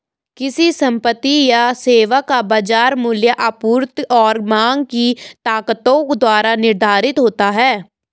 किसी संपत्ति या सेवा का बाजार मूल्य आपूर्ति और मांग की ताकतों द्वारा निर्धारित होता है